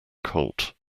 colt